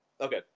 Okay